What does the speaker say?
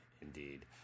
indeed